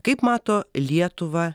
kaip mato lietuvą